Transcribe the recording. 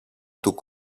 του